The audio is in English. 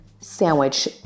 sandwich